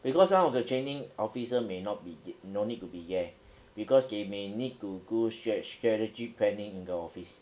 because some of the training officer may not be th~ no need to be there because they may need to do strat~ strategy planning in the office